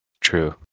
True